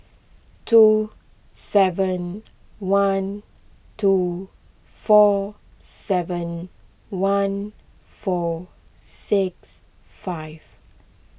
two seven one two four seven one four six five